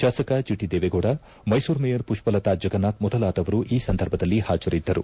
ಶಾಸಕ G T Devegowda Mysuru mayor Pushpalatha Jagannath ಮೊದಲಾದವರು ಈ ಸಂದರ್ಭದಲ್ಲಿ ಹಾಜರಿದ್ದರು